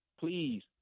please